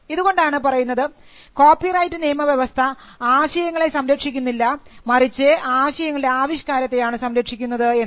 ഇതുകൊണ്ടാണ് പറയുന്നത് കോപ്പിറൈറ്റ് നിയമവ്യവസ്ഥ ആശയങ്ങളെ സംരക്ഷിക്കുന്നില്ല മറിച്ച് ആശയങ്ങളുടെ ആവിഷ്കാരത്തെയാണ് സംരക്ഷിക്കുന്നത് എന്ന്